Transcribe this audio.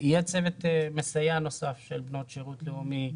יהיה צוות מסייע נוסף של בנות שירות לאומי,